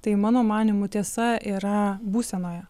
tai mano manymu tiesa yra būsenoje